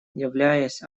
являясь